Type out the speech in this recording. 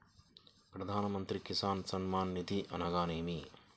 ప్రధాన మంత్రి కిసాన్ సన్మాన్ నిధి అనగా ఏమి?